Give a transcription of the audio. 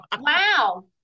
Wow